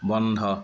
বন্ধ